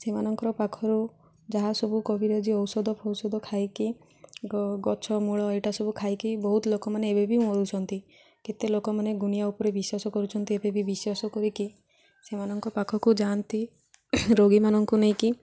ସେମାନଙ୍କର ପାଖରୁ ଯାହା ସବୁ କବିରାଜ ଔଷଧ ଫୋୖଷଧ ଖାଇକି ଗଛ ମୂଳ ଏଇଟା ସବୁ ଖାଇକି ବହୁତ ଲୋକମାନେ ଏବେ ବି ମରୁୁଛନ୍ତି କେତେ ଲୋକମାନେ ଗୁଣିଆ ଉପରେ ବିଶ୍ୱାସ କରୁଛନ୍ତି ଏବେବି ବିଶ୍ୱାସ କରିକି ସେମାନଙ୍କ ପାଖକୁ ଯାଆନ୍ତି ରୋଗୀମାନଙ୍କୁ ନେଇକି